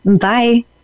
Bye